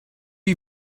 you